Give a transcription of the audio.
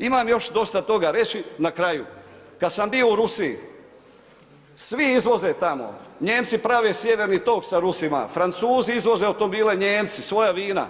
Imam još dosta toga reći, na kraju kad sam bio u Rusiji, svi izvoze tamo, Nijemci prave sjeverni tok sa Rusima, Francuzi izvoze automobile, Nijemci svoja vina,